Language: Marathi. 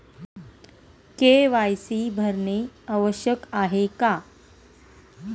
के.वाय.सी भरणे आवश्यक आहे का?